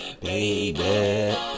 Baby